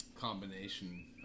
Combination